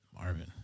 Marvin